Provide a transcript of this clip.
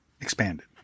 Expanded